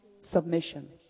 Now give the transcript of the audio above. submission